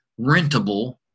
rentable